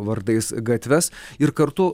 vardais gatves ir kartu